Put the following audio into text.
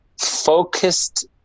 focused